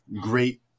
great